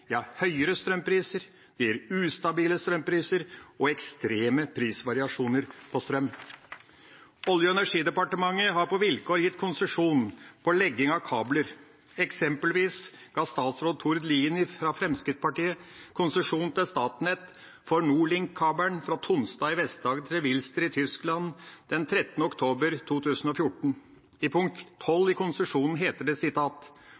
høyere strømpriser – det gir ustabile strømpriser og ekstreme prisvariasjoner på strøm. Olje- og energidepartementet har på vilkår gitt konsesjon på legging av kabler. Eksempelvis ga statsråd Tord Lien fra Fremskrittspartiet konsesjon til Statnett for Norlink-kabelen fra Tonstad i Vest-Agder til Wilster i Tyskland den 13. oktober 2014. I punkt 12 i konsesjonen heter det: